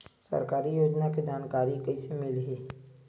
सरकारी योजना के जानकारी कइसे मिलही?